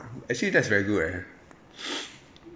actually that's very good eh